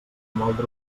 moldre